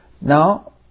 Now